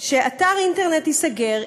אתר אינטרנט ייסגר,